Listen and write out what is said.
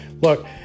look